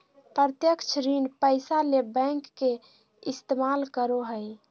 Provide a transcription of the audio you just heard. प्रत्यक्ष ऋण पैसा ले बैंक के इस्तमाल करो हइ